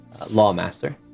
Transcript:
Lawmaster